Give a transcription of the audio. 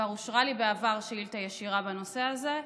כבר אושרה לי בעבר שאילתה ישירה בנושא הזה,